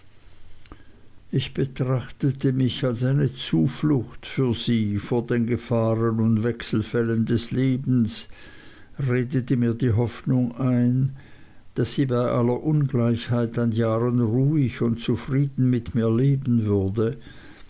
ich betrachtete mich als eine zuflucht für sie vor den gefahren und wechselfällen des lebens redete mir die hoffnung ein daß sie bei aller ungleichheit an jahren ruhig und zufrieden mit mir leben würde